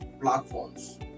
platforms